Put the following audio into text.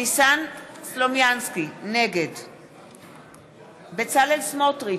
ניסן סלומינסקי, נגד בצלאל סמוטריץ,